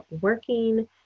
working